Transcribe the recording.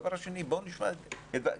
הדבר השני הוא לשמוע את ועד ההורים,